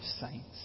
saints